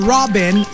Robin